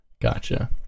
Gotcha